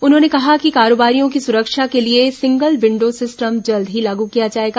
उन्होंने कहा कि कारोबारियों की सुविधा के लिए सिंगल विण्डो सिस्टम जल्द ही लागू किया जाएगा